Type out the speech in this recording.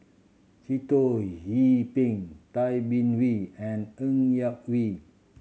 Sitoh Yih Pin Tay Bin Wee and Ng Yak Whee